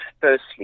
firstly